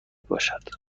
باشد